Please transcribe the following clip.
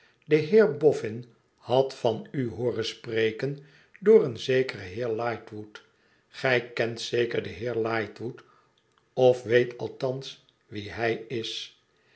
de heer bofün had van u hooren spreken door een zekeren heer lightwood gij kent zeker den heer lightwood of weet althans wie hij is